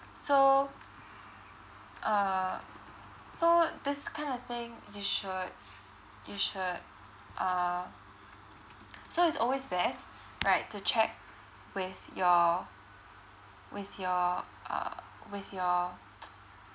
so uh so this kind of thing you should you should uh so it's always best right to check with your with your uh with your